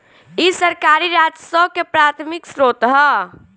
इ सरकारी राजस्व के प्राथमिक स्रोत ह